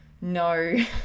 no